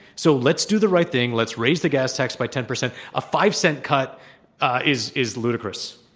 so let's do the right thing. let's raise the gas tax by ten percent. a five cent cut is is ludicrous.